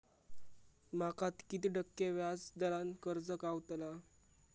माका किती टक्के व्याज दरान कर्ज गावतला?